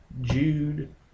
Jude